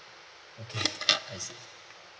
okay I see